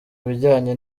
bijyanye